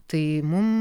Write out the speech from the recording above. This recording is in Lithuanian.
tai mum